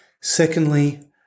Secondly